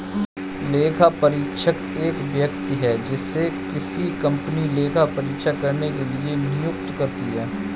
लेखापरीक्षक एक व्यक्ति है जिसे किसी कंपनी लेखा परीक्षा करने के लिए नियुक्त करती है